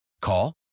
Call